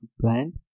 plant